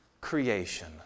creation